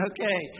Okay